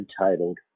entitled